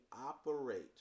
operate